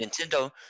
Nintendo